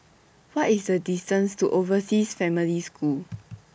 What IS The distance to Overseas Family School